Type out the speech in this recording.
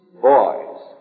boys